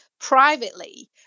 privately